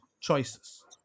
choices